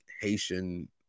Haitian